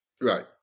Right